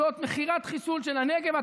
זאת מכירת חיסול של הנגב.